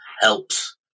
helps